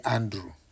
Andrew